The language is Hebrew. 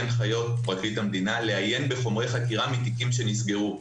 הנחיות פרקליט המדינה לעיין בחומרי חקירה מתיקים שנסגרו.